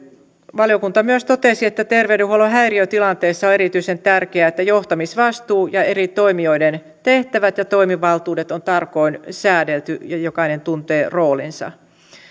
valiokunta myös totesi että terveydenhuollon häiriötilanteissa on erityisen tärkeää että johtamisvastuu ja eri toimijoiden tehtävät ja toimivaltuudet on tarkoin säädelty ja jokainen tuntee roolinsa